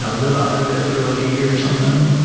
so live off of it for like a year, or something.